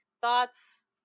thoughts